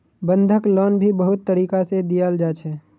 बंधक लोन भी बहुत तरीका से दियाल जा छे